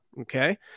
Okay